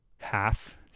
half